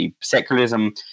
secularism